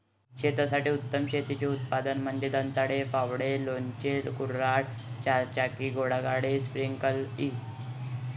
शेतासाठी उत्तम शेतीची साधने म्हणजे दंताळे, फावडे, लोणचे, कुऱ्हाड, चारचाकी घोडागाडी, स्प्रिंकलर इ